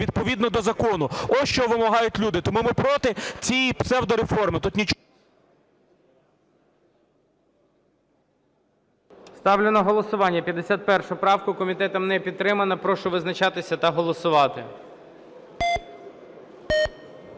відповідно до закону. Ось, чого вимагають люди. Тому ми проти цієї псевдореформи, тут нічого… ГОЛОВУЮЧИЙ. Ставлю на голосування 51 правку. Комітетом не підтримана. Прошу визначатись та голосувати.